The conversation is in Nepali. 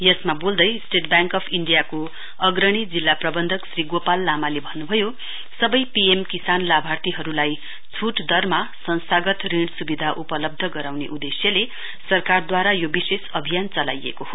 यसमा बेल्दै स्टेट ब्याङ्क अफ् इण्डियाको अग्रणी जिल्ला प्रवन्धक श्री गोपाल लामाले अन्न्भयो सबै पीएम किसान लाभार्थीहरुलाई छूट दरमा संस्थागत ऋण स्विधा उपलब्ध गराउने उदेश्यले सरकारद्वारा यो विशेष अभियान चलाइएको हो